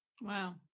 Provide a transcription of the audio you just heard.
Wow